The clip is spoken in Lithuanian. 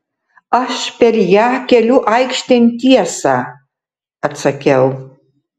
aš per ją keliu aikštėn tiesą atsakiau